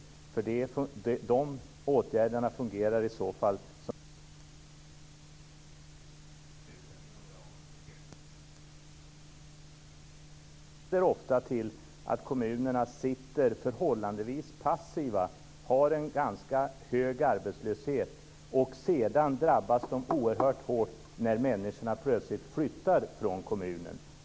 Dessa åtgärder fungerar i så fall som en Ebberöds bank och straffar kommunen inom ramen för det systemet. Det leder ofta till att kommunerna sitter förhållandevis passiva och har en ganska hög arbetslöshet. Sedan drabbas de oerhört hårt när människorna plötsligt flyttar från kommunen.